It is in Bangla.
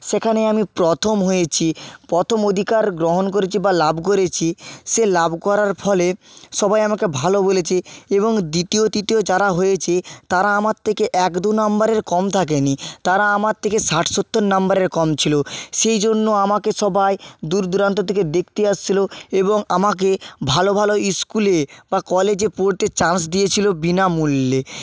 সেখানে আমি প্রথম হয়েছি প্রথম অধিকার গ্রহণ করেছি বা লাভ করেছি সে লাভ করার ফলে সবাই আমাকে ভালো বলেছে এবং দ্বিতীয় তৃতীয় যারা হয়েছে তারা আমার থেকে এক দু নম্বরের কম থাকেনি তারা আমার থেকে ষাট সত্তর নম্বরের কম ছিল সেই জন্য আমাকে সবাই দূর দূরান্ত থেকে দেখতে আসছিলো এবং আমাকে ভালো ভালো স্কুলে বা কলেজে পড়তে চান্স দিয়েছিলো বিনামূল্যে